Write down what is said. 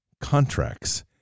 contracts